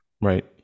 right